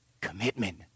commitment